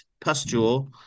pustule